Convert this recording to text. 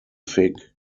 fig